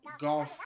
Golf